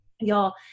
y'all